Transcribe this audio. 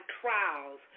trials